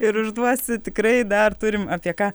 ir užduosiu tikrai dar turim apie ką